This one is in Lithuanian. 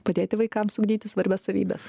padėti vaikams ugdyti svarbias savybes